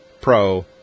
Pro